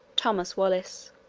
thomas wallace.